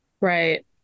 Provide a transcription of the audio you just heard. Right